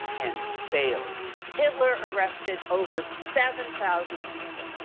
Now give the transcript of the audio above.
and failed. hitler arrested over seven thousand people.